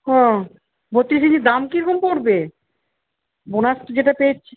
ওহ বত্তিরিশ ইঞ্চির দাম কীরকম পড়বে বোনাস যেটা পেয়েছি